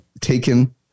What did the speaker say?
taken